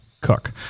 cook